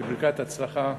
בברכת הצלחה.